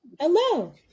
Hello